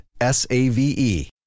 S-A-V-E